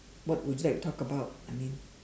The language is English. what would you like to talk about I mean